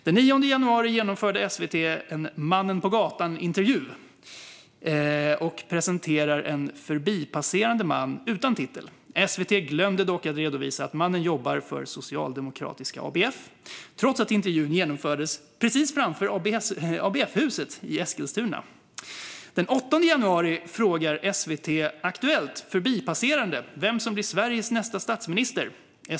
Den 9 januari genomförde SVT en mannen-på-gatan-intervju och presenterade en förbipasserande man utan titel. SVT glömde dock att redovisa att mannen jobbar för socialdemokratiska ABF, trots att intervjun genomfördes precis framför ABF-huset i Eskilstuna. Den 8 januari frågade SVT:s Aktuellt förbipasserade vem som skulle bli Sveriges nästa statsminister.